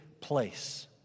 place